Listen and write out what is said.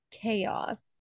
chaos